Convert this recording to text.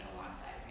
alongside